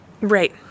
Right